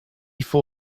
for